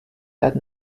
led